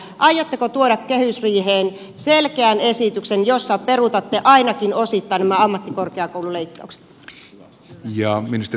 aiotteko tuoda kehysriiheen selkeän esityksen jossa peruutatte ainakin osittain nämä ammattikorkeakoululeikkaukset